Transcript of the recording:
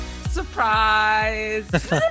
Surprise